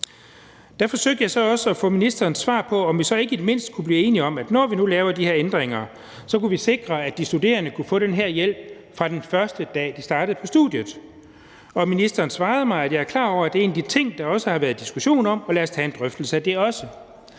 Der forsøgte jeg så også at få ministerens svar på, om vi så ikke i det mindste kunne blive enige om, at vi, når vi nu laver de her ændringer, kunne sikre, at de studerende kunne få den her hjælp fra den første dag, de starter på studiet. Og ministeren svarede mig: Jeg er klar over, at det er en af de ting, der også har været diskussion om, og lad os tage en drøftelse af det også.